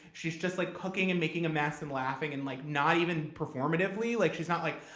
she's just like cooking and making a mess and laughing, and like not even performatively. like she's not like,